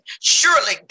Surely